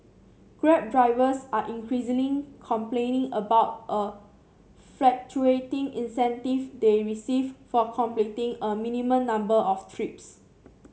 grab drivers are increasingly complaining about a fluctuating incentive they receive for completing a minimum number of trips